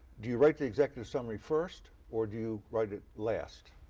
do you write the executive summary first, or do you write it last?